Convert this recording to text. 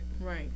right